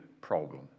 problem